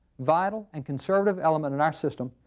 vital and conservative element in our system,